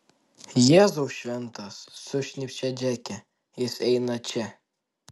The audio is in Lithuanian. jėzau šventas sušnypštė džeke jis eina čia